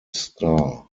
star